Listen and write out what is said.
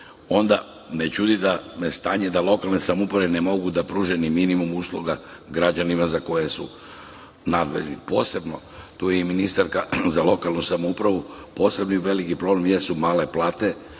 onda ne čudi da lokalne samouprave ne mogu da pruže ni minimum usluga građanima, za koje su nadležne. Posebni, tu je i ministarka za lokalnu samoupravu, i veliki problem jesu male plate